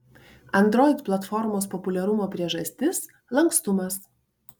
android platformos populiarumo priežastis lankstumas